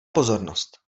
pozornost